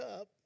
up